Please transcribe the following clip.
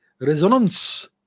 resonance